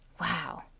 Wow